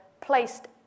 placed